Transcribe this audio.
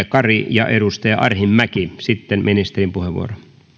kari ja edustaja arhinmäki sitten ministerin puheenvuoro